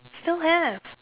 still have